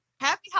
happy